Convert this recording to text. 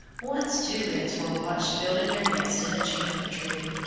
once two wrens were watched building their nest in a juniper tree.